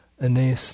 Anais